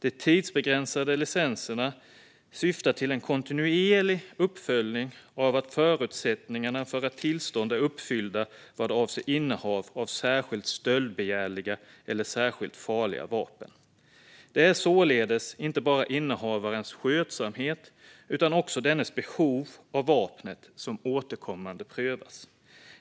De tidsbegränsade licenserna syftar till en kontinuerlig uppföljning av att förutsättningarna för tillstånd är uppfyllda vad avser innehav av särskilt stöldbegärliga eller särskilt farliga vapen. Det är således inte bara innehavarens skötsamhet utan också dennes behov av vapnet som återkommande prövas.